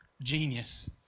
genius